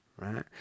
right